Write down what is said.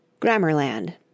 Grammarland